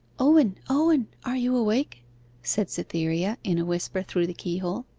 owen, owen, are you awake said cytherea in a whisper through the keyhole.